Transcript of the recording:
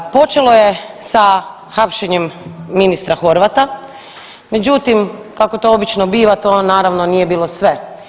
Počelo je sa hapšenjem ministra Horvata, međutim kako to obično biva to naravno nije bilo sve.